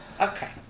Okay